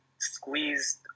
squeezed